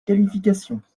qualifications